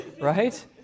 right